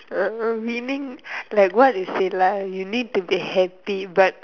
uh winning like what is it like you need to be happy but